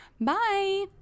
Bye